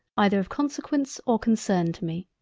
either of consequence or concern to me.